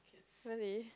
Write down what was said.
really